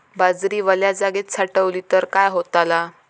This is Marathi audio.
बाजरी वल्या जागेत साठवली तर काय होताला?